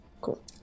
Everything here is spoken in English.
Cool